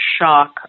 shock